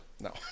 No